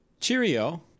cheerio